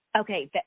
Okay